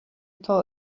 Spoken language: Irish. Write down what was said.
atá